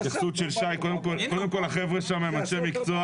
ההתייחסות של שי, קודם כל החבר'ה שם הם אנשי מקצוע